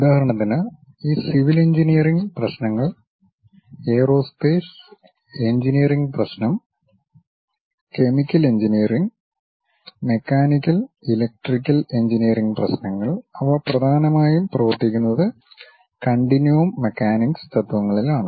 ഉദാഹരണത്തിന് ഈ civil engineering പ്രശ്നങ്ങൾ എയ്റോസ്പേസ് എഞ്ചിനീയറിംഗ് പ്രശ്നം chemical engineering mechanical electrical engineering പ്രശ്നങ്ങൾ അവ പ്രധാനമായും പ്രവർത്തിക്കുന്നത് കണ്ടിന്നുവം മെക്കാനിക്സ് തത്വങ്ങളിലാണ്